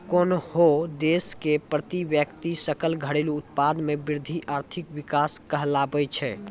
कोन्हो देश के प्रति व्यक्ति सकल घरेलू उत्पाद मे वृद्धि आर्थिक विकास कहलाबै छै